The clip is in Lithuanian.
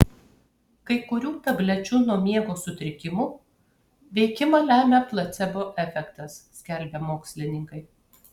kai kurių tablečių nuo miego sutrikimų veikimą lemią placebo efektas skelbia mokslininkai